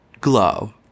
glow